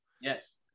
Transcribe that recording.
yes